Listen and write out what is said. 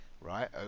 right